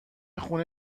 خونه